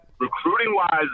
Recruiting-wise